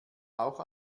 auch